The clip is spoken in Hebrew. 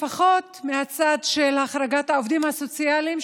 לפחות מהצד של החרגת העובדים הסוציאליים,